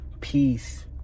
peace